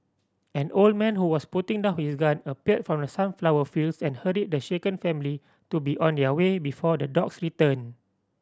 an old man who was putting down his gun appeared from the sunflower fields and hurried the shaken family to be on their way before the dogs return